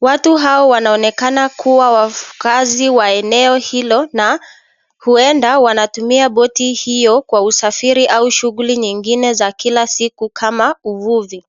Watu hawa wanaonekana kuwa wakazi wa eneo hilo na huenda wanatumia boti hiyo kwa usafiri au shughuli nyingine za kila siku kama uvuvi.